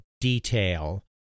detail